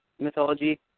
mythology